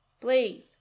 Please